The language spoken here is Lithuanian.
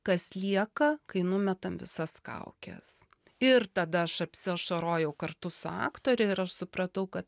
kas lieka kai numetam visas kaukes ir tada aš apsiašarojau kartu su aktore ir aš supratau kad